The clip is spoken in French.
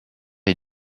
est